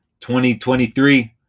2023